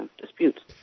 disputes